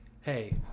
hey